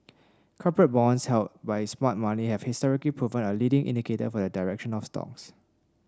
corporate bonds held by smart money have historically proven a leading indicator for the direction of stocks